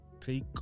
take